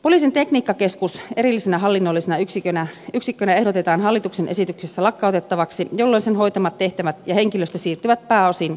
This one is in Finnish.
poliisin tekniikkakeskus erillisenä hallinnollisena yksikkönä ehdotetaan hallituksen esityksessä lakkautettavaksi jolloin sen hoitamat tehtävät ja henkilöstö siirtyvät pääosin poliisihallitukseen